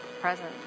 present